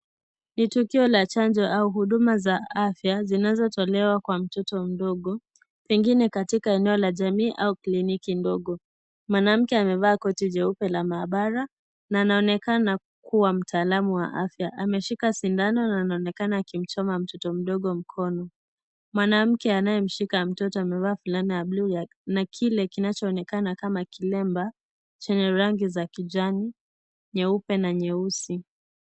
Ni tukio la chanjo au huduma za afya zinazotolewa kwa mtoto mdogo. Pengine katika eneo la jamii au kliniki ndogo. Mwanamke amevaa koti jeupe la maabara, na anaonekana kuwa mtaalamu wa afya. Ameshika sindano na anaonekana akimchoma mtoto mdogo mkono. Mwanamke anayemshika mtoto amevaa vulana ya buluu na kile kinachoonekana kama kilemba zenye rangi za kijani, nyeupe na nyeusi.